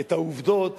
את העובדות